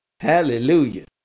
Hallelujah